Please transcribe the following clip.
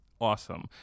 awesome